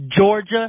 Georgia